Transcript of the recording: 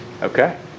Okay